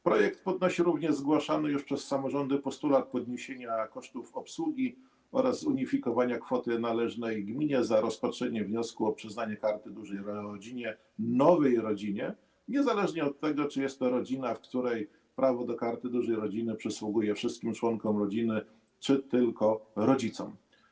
Projekt podnosi również zgłaszany już przez samorządy postulat podniesienia kosztów obsługi oraz zunifikowania kwoty należnej gminie za rozpatrzenie wniosku o przyznanie Karty Dużej Rodziny nowej rodzinie, niezależnie od tego, czy jest to rodzina, w której prawo do Karty Dużej Rodziny przysługuje wszystkim członkom rodziny, czy tylko rodzicom.